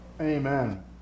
Amen